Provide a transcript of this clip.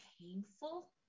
painful